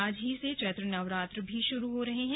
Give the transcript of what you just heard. आज ही से चैत्र नवरात्र भी शुरू हो गए हैं